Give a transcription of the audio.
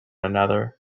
another